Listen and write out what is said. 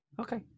Okay